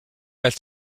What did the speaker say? had